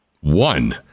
One